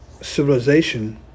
civilization